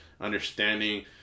Understanding